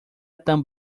tan